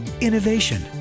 Innovation